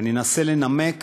ואני אנסה לנמק